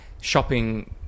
shopping